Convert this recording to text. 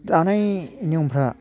दानाय नियमफ्रा